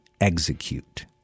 execute